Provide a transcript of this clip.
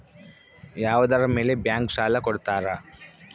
ಯಾವುದರ ಮೇಲೆ ಬ್ಯಾಂಕ್ ಸಾಲ ಕೊಡ್ತಾರ?